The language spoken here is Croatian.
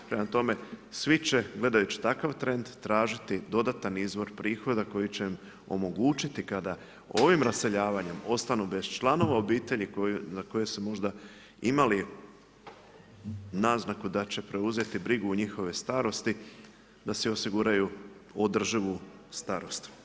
Prema tome, svi će gledajući takav trend tražiti dodatan izvor prihoda koji će omogućiti kada ovim raseljavanjem ostanu bez članova obitelji na koje su možda imali naznaku da će preuzeti brigu u njihovoj starosti da si osiguraju održivu starost.